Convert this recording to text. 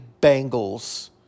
Bengals